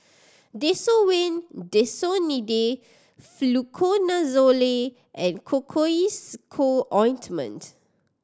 Desowen Desonide Fluconazole and Cocois Co Ointment